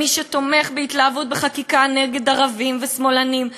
מי שתומך בהתלהבות בחקיקה נגד ערבים ושמאלנים,